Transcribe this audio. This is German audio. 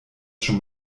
schon